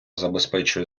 забезпечує